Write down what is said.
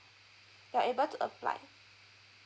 you're able to apply